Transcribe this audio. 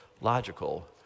logical